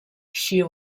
she